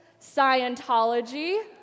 Scientology